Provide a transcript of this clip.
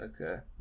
okay